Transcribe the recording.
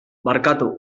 barkatu